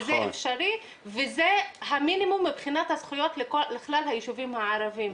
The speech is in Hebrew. וזה האפשרי וזה המינימום מבחינת הזכויות לכלל היישובים הערביים.